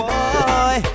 Boy